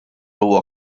huwa